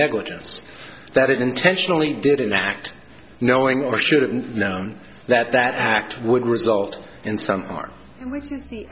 negligence that it intentionally did in fact knowing or should have known that that act would result in some ar